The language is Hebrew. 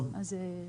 טוב.